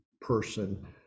person